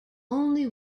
only